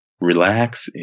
relax